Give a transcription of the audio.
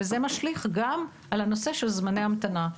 וזה משליך גם על הנושא של זמני המתנה.